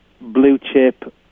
blue-chip